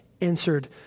answered